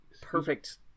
perfect